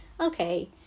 okay